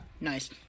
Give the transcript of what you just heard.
Nice